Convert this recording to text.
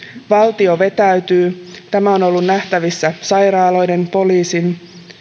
valtio vetäytyy tämä on ollut nähtävissä sairaaloiden poliisin